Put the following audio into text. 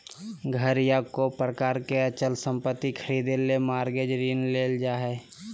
घर या कोय प्रकार के अचल संपत्ति खरीदे ले मॉरगेज ऋण लेल जा हय